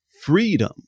Freedom